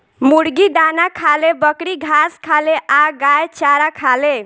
मुर्गी दाना खाले, बकरी घास खाले आ गाय चारा खाले